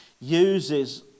uses